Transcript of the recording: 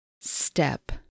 step